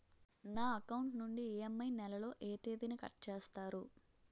నా అకౌంట్ నుండి ఇ.ఎం.ఐ నెల లో ఏ తేదీన కట్ చేస్తారు?